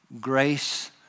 grace